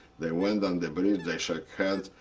they went on the bridge, they shook hands,